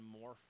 more